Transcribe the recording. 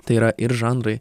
tai yra ir žanrai